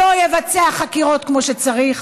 כדי שלא יבצע חקירות כמו שצריך,